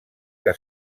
que